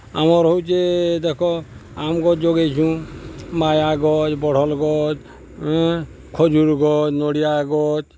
ଆମର୍ ହଉଚେ ଦେଖ ଆମ୍ ଗଛ୍ ଯୋଗେଇଛୁଁ ମାୟା ଗଛ୍ ବଢ଼ଲ୍ ଗଛ୍ ଖଜୁର୍ ଗଛ୍ ନଡ଼ିଆ ଗଛ୍